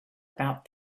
about